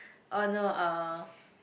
orh no uh